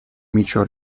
micio